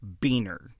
Beaner